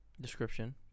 description